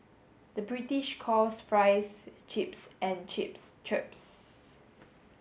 the British calls fries chips and chips